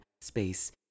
space